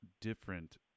different